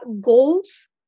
goals